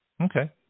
Okay